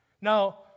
Now